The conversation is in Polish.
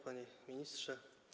Panie Ministrze!